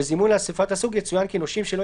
בזימון לאסיפת הסוג יצוין כי נושים שלא